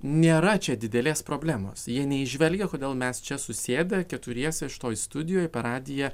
nėra čia didelės problemos jie neįžvelgia kodėl mes čia susėdę keturiese šitoj studijoj per radiją